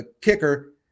kicker